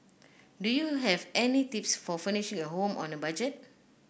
do you have any tips for furnishing a home on a budget